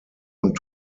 und